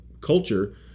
culture